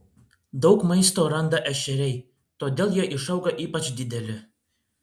daug maisto randa ešeriai todėl jie išauga ypač dideli